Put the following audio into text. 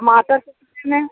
टमाटर कितने में